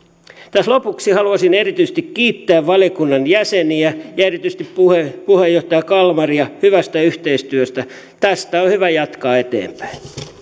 tässä lopuksi haluaisin erityisesti kiittää valiokunnan jäseniä ja erityisesti puheenjohtaja kalmaria hyvästä yhteistyöstä tästä on on hyvä jatkaa eteenpäin